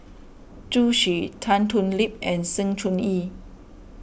Zhu Xu Tan Thoon Lip and Sng Choon Yee